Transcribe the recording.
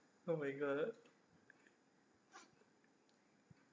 oh my god